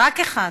רק אחת.